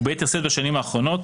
וביתר שאת בשנים האחרונות,